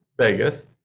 Vegas